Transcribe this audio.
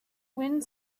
wind